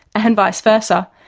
and vice versa,